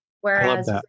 Whereas